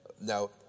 Now